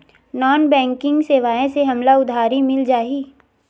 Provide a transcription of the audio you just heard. Non banking सेवाएं से हमला उधारी मिल जाहि?